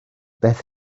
beth